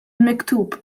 miktub